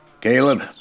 Caleb